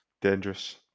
dangerous